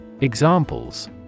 Examples